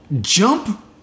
Jump